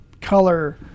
color